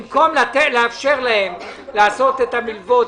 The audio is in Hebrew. במקום לאפשר להם לקחת מילוות,